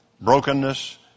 Brokenness